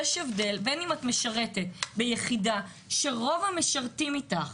בין אם את משרתת ביחידה שרוב המשרתים איתך